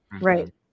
Right